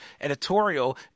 editorial